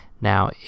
Now